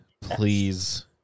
please